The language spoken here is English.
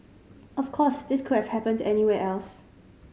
of course this could have happened anywhere else